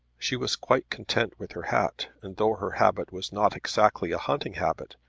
she was quite content with her hat, and though her habit was not exactly a hunting habit,